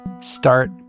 start